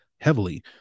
heavily